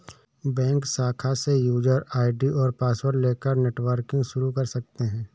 bank शाखा से user ID और पॉसवर्ड लेकर नेटबैंकिंग शुरू कर सकते है